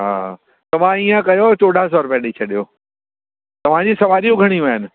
हा तव्हां ईअं कयो चोॾहां सौ रुपया ॾेई छॾियो तव्हांजी सवारियूं घणियूं आहिनि